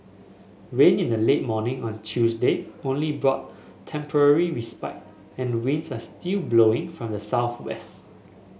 rain in the late morning on Tuesday only brought temporary respite and winds are still blowing from the southwest